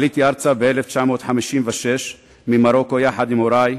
עליתי ארצה ב-1956 ממרוקו עם הורי,